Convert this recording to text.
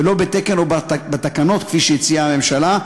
ולא בתקן או בתקנות שהציעה הממשלה,